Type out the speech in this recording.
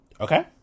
okay